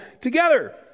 together